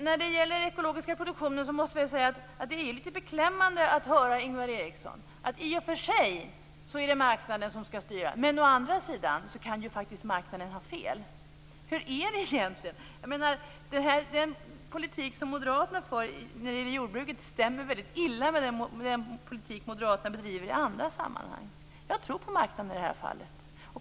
När det gäller den ekologiska produktionen måste jag säga att det är lite beklämmande att höra Ingvar Eriksson. Å ena sidan är det marknaden som skall styra, men å andra sidan kan marknaden faktiskt ha fel. Hur är det egentligen? Den politik som moderaterna för när det gäller jordbruket stämmer väldigt illa med den politik moderaterna bedriver i andra sammanhang. Jag tror på marknaden i detta fall.